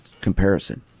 comparison